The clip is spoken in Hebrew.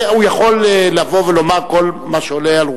הוא יכול לבוא ולומר כל מה שעולה על רוחו,